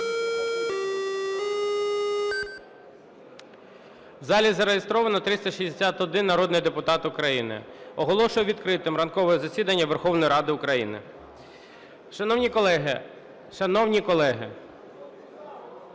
В залі зареєстровано 361 народний депутат України. Оголошую відкритим ранкове засідання Верховної Ради України. Шановні колеги! Шановні колеги!